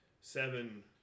seven